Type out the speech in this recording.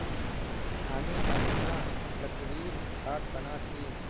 हामी अखना लकड़ीर खाट बना छि